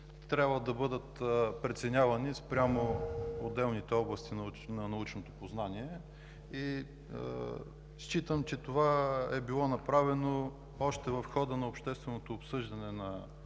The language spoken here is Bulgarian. трябва да бъдат преценявани спрямо отделните области на научното познание и считам, че това е било направено още в хода на общественото обсъждане на